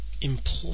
important